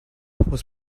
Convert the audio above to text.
was